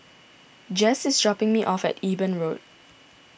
Jess is dropping me off at Eben Road